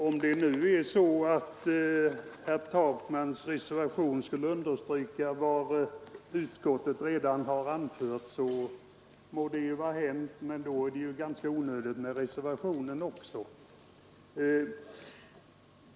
Om det nu är så att herr Takmans reservation understryker vad utskottet har anfört må det ju vara så hänt, men då är det väl ganska onödigt med en reservation.